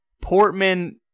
Portman